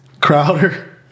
Crowder